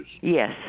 Yes